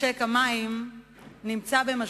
משק המים במשבר